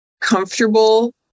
comfortable